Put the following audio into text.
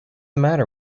matter